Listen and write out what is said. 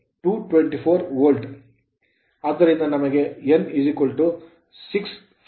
ಆದ್ದರಿಂದ n 655